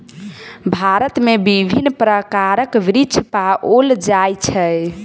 भारत में विभिन्न प्रकारक वृक्ष पाओल जाय छै